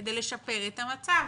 כדי לשפר את המצב.